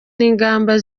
n’ingamba